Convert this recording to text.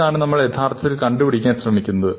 ഇതാണ് നമ്മൾ യഥാർത്ഥത്തിൽ കണ്ടുപിടിക്കാൻ ശ്രമിക്കുന്നത്